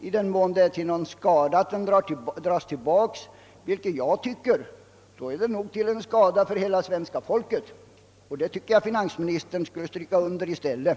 I den mån det är till någon skada att propositionen dras tillbaka — vilket jag tycker att det är — är det till skada för hela svenska folket, och jag tycker finansministern borde stryka under detta i stället.